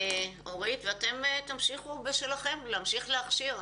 אתם תמשיכו בשלכם, אתם תמשיכו להכשיר.